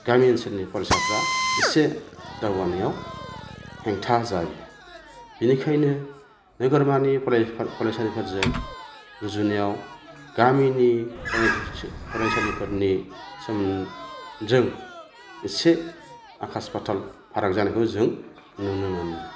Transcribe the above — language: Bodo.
गामि ओनसोलनि फरायसाफ्रा एसे दावगानायाव हेंथा जायो बिनिखायनो नोगोरमानि फराय फरायसालिफोरजों रुजुनायाव गामिनि फरायसालि फरायसालिफोरनि सोमोन जों एसे आखास फाथाल फाराग जानायखौ जों नुनो मोनो